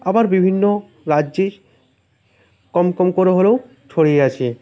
আবার বিভিন্ন রাজ্যে কম কম করে হলেও ছড়িয়ে আছে